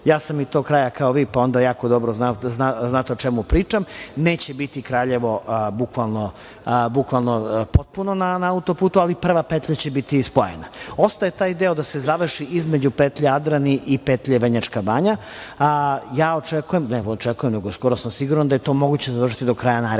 Ja sam iz tog kraja, kao i vi, pa jako dobro znate o čemu pričate. Neće biti Kraljevo bukvalno potpuno na autoputu, ali prva petlja će biti spojena. Ostaje taj deo da se završi između petlje Adrani i petlje Vrnjačka Banja, a ja očekujem, skoro sam siguran da je moguće to završiti do kraja naredne